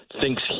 thinks